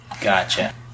Gotcha